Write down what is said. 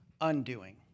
undoing